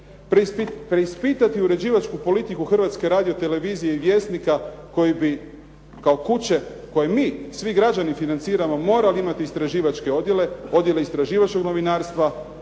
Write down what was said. preispitati uređivačku politiku Hrvatske radio televizije i Vjesnika koji bi kao kuće koju mi, svi građani financiramo morali imati istraživačke odjele, odjele istraživačkog novinarstva